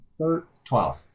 12